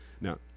Now